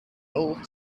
old